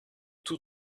tous